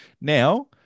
Now